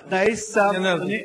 אני אענה על זה.